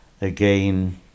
again